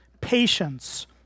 patience